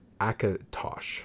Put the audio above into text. Akatosh